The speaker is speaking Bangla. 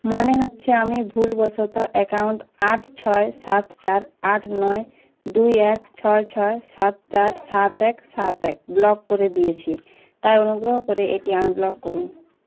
মনে হচ্ছে আমি ভুলবশত অ্যাকাউন্ট আট ছয় সাত চার আট নয় দুই এক ছয় ছয় সাত চার সাত এক সাত এক ব্লক করে দিয়েছি তাই অনুগ্রহ করে এটি আনব্লক করুন